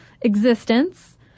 existence